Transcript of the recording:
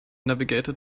navigated